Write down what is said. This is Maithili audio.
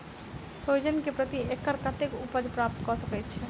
सोहिजन केँ प्रति एकड़ कतेक उपज प्राप्त कऽ सकै छी?